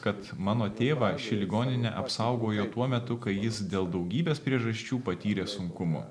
kad mano tėvą ši ligoninė apsaugojo tuo metu kai jis dėl daugybės priežasčių patyrė sunkumų